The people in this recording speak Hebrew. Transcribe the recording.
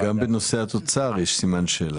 גם בנושא התוצר יש סימן שאלה,